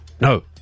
no